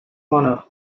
honour